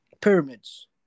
Pyramids